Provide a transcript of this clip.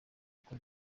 uko